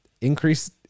increase